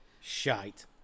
shite